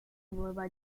nueva